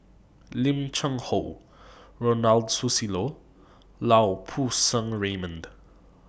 Lim Cheng Hoe Ronald Susilo and Lau Poo Seng Raymond